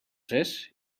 zes